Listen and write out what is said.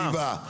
שבעה.